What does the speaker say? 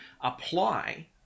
apply